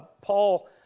Paul